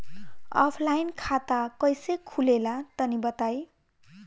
Offline खाता कइसे खुलेला तनि बताईं?